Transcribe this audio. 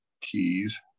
keys